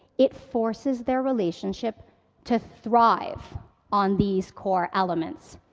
it forces their relationship to thrive on these core elements.